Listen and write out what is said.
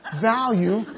Value